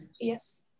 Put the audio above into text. Yes